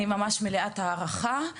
אני ממש מלאת הערכה.